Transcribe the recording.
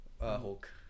Hulk